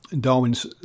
Darwin's